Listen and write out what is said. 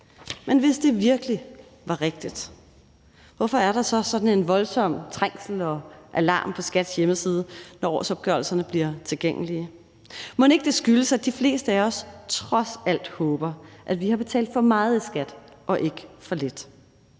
men hvis det virkelig var rigtigt, hvorfor er der så sådan en voldsom trængsel og alarm på skat.dk, når årsopgørelserne bliver tilgængelige? Mon ikke det skyldes, at de fleste af os trods alt håber, at vi har betalt for meget i skat og ikke for lidt.